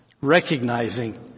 Recognizing